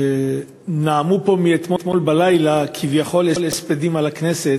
שנאמו פה מאתמול בלילה כביכול הספדים על הכנסת,